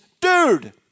dude